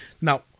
Now